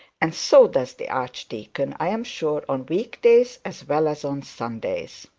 and so does the archdeacon, i am sure, on week days as well as on sundays